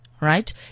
right